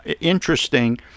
interesting